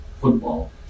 football